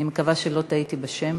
אני מקווה שלא טעיתי בשם.